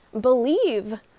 believe